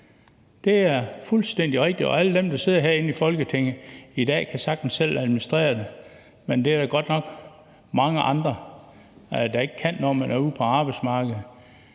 det er fuldstændig rigtigt, og alle dem, der sidder herinde i Folketinget i dag, kan sagtens selv administrere dem, men det er der godt nok mange andre der ikke kan, når man er ude på arbejdsmarkedet.